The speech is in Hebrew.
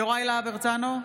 יוראי להב הרצנו,